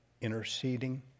interceding